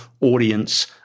audience